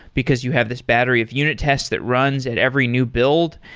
because you have this battery of unit tests that runs at every new build.